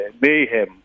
mayhem